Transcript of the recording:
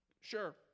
Sure